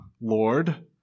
Lord